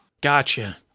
Gotcha